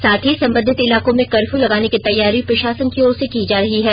साथ ही संबंधित इलाकों में कर्फ्यू लगाने की तैयारी प्रषासन की ओर से की जा रही है